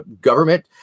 government